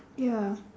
ya